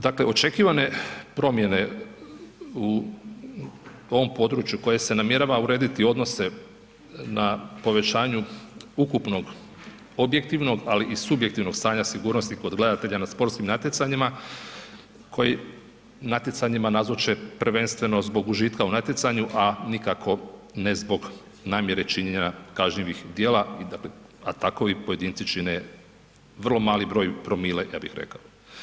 Dakle očekivane promjene u ovom području koje se namjerava urediti, odnose na povećanju ukupnog objektivnog ali i subjektivnog stanja sigurnosti kod gledatelja na sportskim natjecanjima koji natjecanjima nazoče prvenstveno zbog užitka u natjecanju a nikako ne zbog namjere činjenja kažnjivih djela dakle a takvi pojedinci čine vrlo mali broj promila, ja bih rekao.